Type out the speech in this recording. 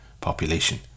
population